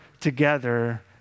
together